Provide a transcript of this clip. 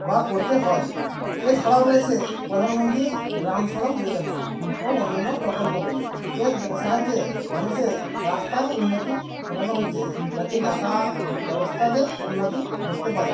বা পড়তে হয় এছাড়াও রয়েছে প্রধানমন্ত্রী গ্রাম সড়ক যোজনা ও অন্যান্য প্রকল্পগুলি এর সাহায্যে মানুষের রাস্তার উন্নতি ঘটানো হচ্ছে যাতে যাতায়াত ব্যবস্থাতে উন্নতি ঘটতে পারে